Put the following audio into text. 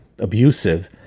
abusive